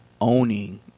owning